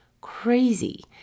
crazy